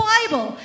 Bible